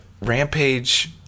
Rampage